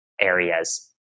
areas